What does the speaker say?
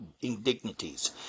indignities